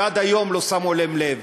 ועד היום לא שמו לב אליהם.